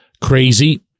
crazy